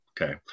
okay